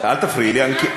אל תפריעי לי.